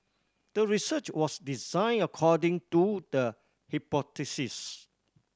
the research was designed according to the hypothesis